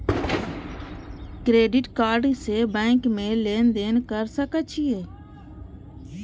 Credit card से bank में लेन देन कर सके छीये?